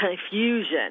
confusion